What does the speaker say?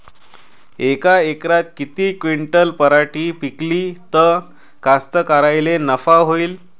यका एकरात किती क्विंटल पराटी पिकली त कास्तकाराइले नफा होईन?